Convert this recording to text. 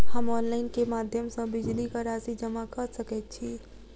हम ऑनलाइन केँ माध्यम सँ बिजली कऽ राशि जमा कऽ सकैत छी?